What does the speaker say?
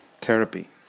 Therapy